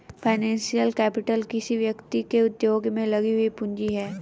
financial capital किसी व्यक्ति के उद्योग में लगी हुई पूंजी है